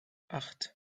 acht